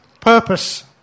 purpose